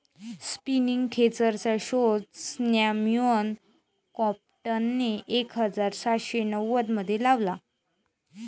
spinning खेचरचा शोध Samuel क्रॉम्प्टनने एक हजार सातशे नव्वदमध्ये लावला